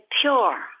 pure